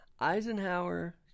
Eisenhower